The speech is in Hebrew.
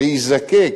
להיזקק